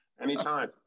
anytime